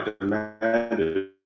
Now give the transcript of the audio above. demanded